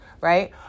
right